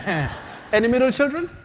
any middle children?